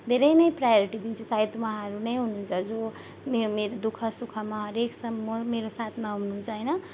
धेरै नै प्रायोरिटी दिन्छु सायद वहाँहरू नै हुनुहुन्छ जो मे मेरो दुःखसुखमा हरेक म मेरो साथमा हुनुहुन्छ होइन